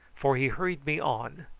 for he hurried me on,